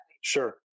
sure